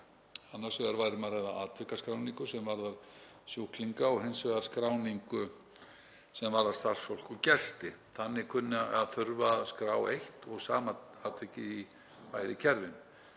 um að ræða atvikaskráningu sem varðar sjúklinga og hins vegar skráningu sem varðar starfsfólk og gesti. Þannig kunni að þurfa að skrá eitt og sama atvikið í bæði kerfin.